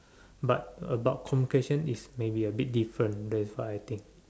but about communication it's maybe a bit different that is what I think